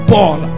Paul